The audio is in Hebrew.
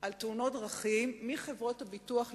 לתאונות דרכים מחברות הביטוח לקופות-החולים.